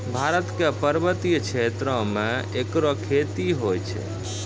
भारत क पर्वतीय क्षेत्रो म एकरो खेती होय छै